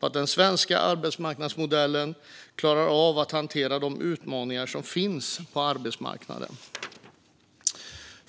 på att den svenska arbetsmarknadsmodellen klarar av att hantera de utmaningar som finns på arbetsmarknaden.